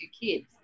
kids